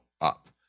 up